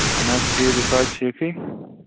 اہن حظ ٹھیک تُہۍ چھِو حظ ٹھیکھٕے